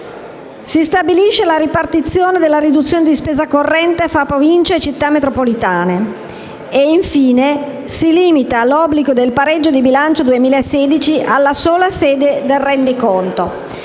Si stabilisce la ripartizione della riduzione di spesa corrente tra Province e Città metropolitane e, infine, si limita l'obbligo del pareggio di bilancio 2016 alla sola sede del rendiconto.